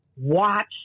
watch